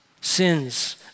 Sins